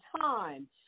time